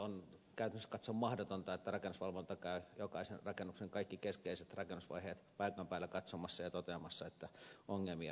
on käytännöllisesti katsoen mahdotonta että rakennusvalvonta käy jokaisen rakennuksen kaikki keskeiset rakennusvaiheet paikan päällä katsomassa ja toteamassa että ongelmia ei ole